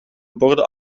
borden